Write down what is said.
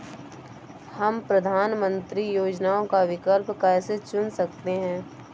हम प्रधानमंत्री योजनाओं का विकल्प कैसे चुन सकते हैं?